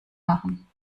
machen